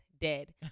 dead